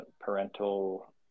parental